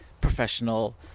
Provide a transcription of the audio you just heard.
professional